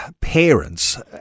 parents